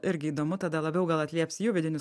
irgi įdomu tada labiau gal atlieps jų vidinius